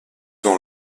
dans